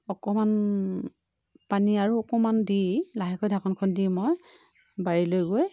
অকণমান পানী আৰু অকণমান দি লাহেকৈ ঢাকনখন দি মই বাৰীলৈ গৈ